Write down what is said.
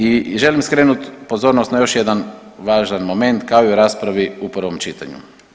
I želim skrenuti pozornost na još jedan važan moment kao i u raspravi u prvom čitanju.